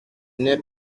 n’est